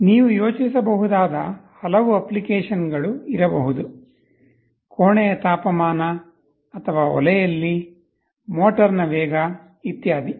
ನೀವು ಯೋಚಿಸಬಹುದಾದ ಹಲವು ಅಪ್ಲಿಕೇಶನ್ಗಳು ಇರಬಹುದು ಕೋಣೆಯ ತಾಪಮಾನ ಅಥವಾ ಒಲೆಯಲ್ಲಿ ಮೋಟರ್ನ ವೇಗ ಇತ್ಯಾದಿ